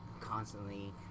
constantly